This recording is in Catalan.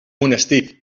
monestir